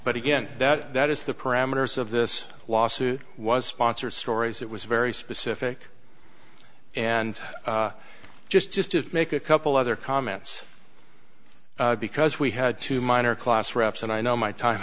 but again that is the parameters of this lawsuit was sponsored stories it was very specific and just just to make a couple other comments because we had two minor class reps and i know my time